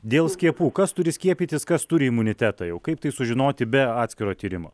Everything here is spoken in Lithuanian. dėl skiepų kas turi skiepytis kas turi imunitetą jau kaip tai sužinoti be atskiro tyrimo